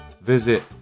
Visit